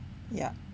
yup